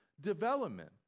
development